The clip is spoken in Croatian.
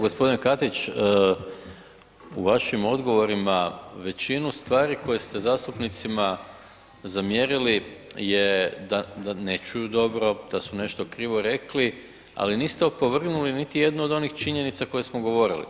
Gospodine Katić, u vašim odgovorima većinu stvari koje ste zastupnicima zamjerili je da ne čuju dobro, da su nešto krivo rekli, ali niste opovrgnuli niti jednu od onih činjenica koje smo govorili.